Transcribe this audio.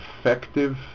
effective